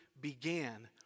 began